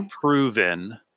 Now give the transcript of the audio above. proven